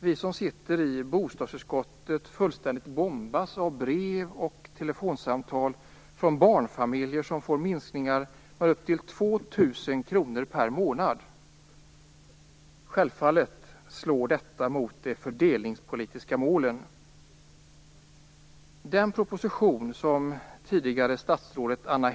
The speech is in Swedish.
Vi som sitter i bostadsutskottet bombarderas av brev och telefonsamtal från barnfamiljer som får minskningar med upp till 2 000 kr per månad. Självfallet slår detta mot de fördelningspolitiska målen.